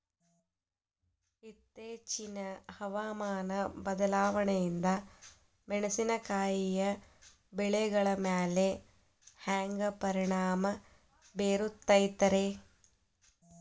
ಇತ್ತೇಚಿನ ಹವಾಮಾನ ಬದಲಾವಣೆಯಿಂದ ಮೆಣಸಿನಕಾಯಿಯ ಬೆಳೆಗಳ ಮ್ಯಾಲೆ ಹ್ಯಾಂಗ ಪರಿಣಾಮ ಬೇರುತ್ತೈತರೇ?